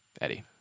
Eddie